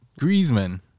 Griezmann